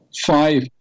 five